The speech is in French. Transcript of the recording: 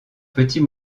petit